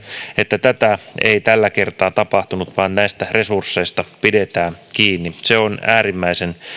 että tätä ei tällä kertaa tapahtunut vaan näistä resursseista pidetään kiinni se on äärimmäisen